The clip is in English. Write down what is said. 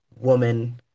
woman